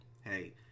hey